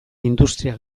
industria